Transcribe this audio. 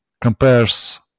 compares